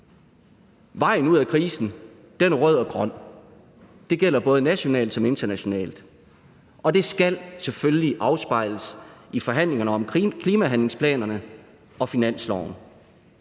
Vejen ud af krisen er rød og grøn. Det gælder både nationalt som internationalt, og det skal selvfølgelig afspejles i forhandlingerne om klimahandlingsplanerne og finansloven.